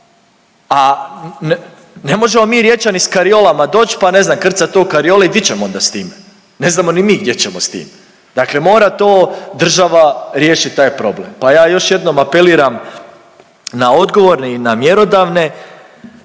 A ne možemo mi Riječani s kariolama doć pa, ne zna, krcat to u kariole i di ćemo onda s time? Ne znamo ni mi gdje ćemo s tim. Dakle mora to država riješit taj problem pa još jednom apeliram na odgovorne i na mjerodavne,